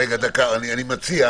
אני רואה